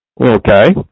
Okay